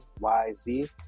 YZ